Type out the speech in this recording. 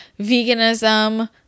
veganism